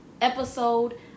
episode